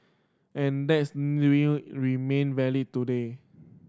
and that's remain valid today